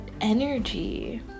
energy